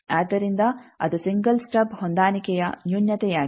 ಆದ್ದರಿಂದ ಅದು single stub ಹೊಂದಾಣಿಕೆಯ ನ್ಯೂನತೆಯಾಗಿದೆ